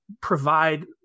provide